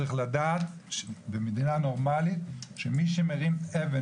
צריך לדעת שבמדינה נורמלית מי שמרים אבן